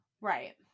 right